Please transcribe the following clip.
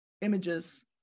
images